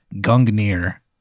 Gungnir